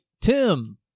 Tim